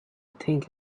think